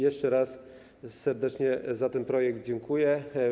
Jeszcze raz serdecznie za ten projekt dziękuję.